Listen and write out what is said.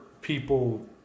people